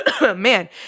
man